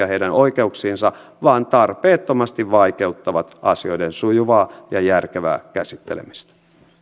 heidän oikeuksiinsa vaan tarpeettomasti vaikeuttaa asioiden sujuvaa ja järkevää käsittelemistä